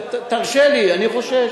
תרשה לי, אני חושש.